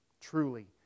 Truly